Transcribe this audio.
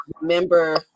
remember